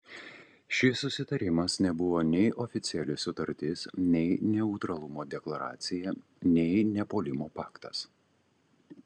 šis susitarimas nebuvo nei oficiali sutartis nei neutralumo deklaracija nei nepuolimo paktas